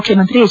ಮುಖ್ಯಮಂತ್ರಿ ಎಚ್